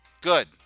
Good